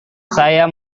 saya